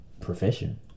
profession